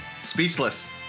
Speechless